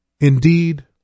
indeed